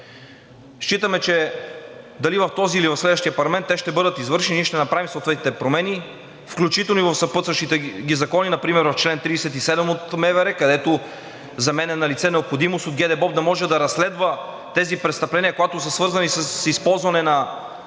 Считаме, че дали в този или в следващия парламент, те ще бъдат извършени и ние ще направим съответните промени, включително и в съпътстващите ги закони – например в чл. 37 от Закона за МВР, където за мен е налице необходимост ГДБОП да може да разследва тези престъпления, когато са свързани с използване на